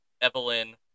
Evelyn